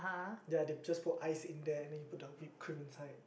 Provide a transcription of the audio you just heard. ya they just put ice in there and then you put the whipped cream inside